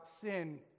sin